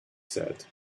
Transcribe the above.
said